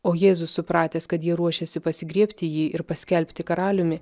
o jėzus supratęs kad jie ruošėsi pasigriebti jį ir paskelbti karaliumi